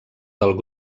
del